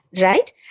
right